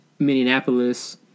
minneapolis